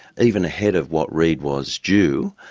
even ahead of what reed was due,